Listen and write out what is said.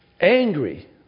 angry